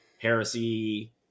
Heresy